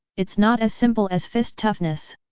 it's not as simple as fist toughness.